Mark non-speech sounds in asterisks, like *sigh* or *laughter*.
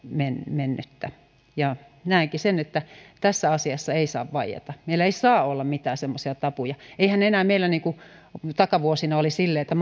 mennyttä ja näenkin sen että tässä asiassa ei saa vaieta meillä ei saa olla mitään semmoisia tabuja eihän enää meillä ole niin kuin takavuosina oli silleen että *unintelligible*